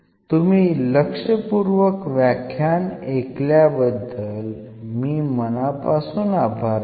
तुम्ही लक्षपूर्वक व्याख्यान ऐकल्याबद्दल मी मनापासून आभार व्यक्त करतो